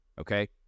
okay